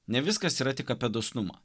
ne viskas yra tik apie dosnumą